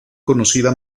conocida